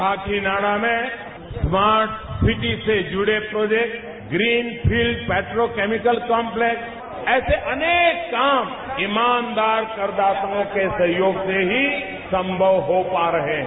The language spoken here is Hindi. काकीनाडा में स्मार्ट सिटी से जुड़े project greenfield petro chemical complex ऐसे अनेक काम ईमानदार करदाताओं के सहयोग से ही संभव हो पा रहे हैं